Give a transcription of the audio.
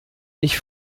ich